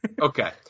okay